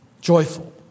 Joyful